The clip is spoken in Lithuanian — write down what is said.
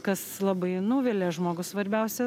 kas labai nuvilia žmogų svarbiausia